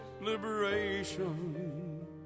liberation